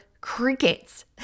crickets